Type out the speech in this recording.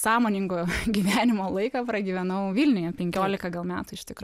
sąmoningo gyvenimo laiką pragyvenau vilniuje penkiolika gal metų iš tikro